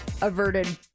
averted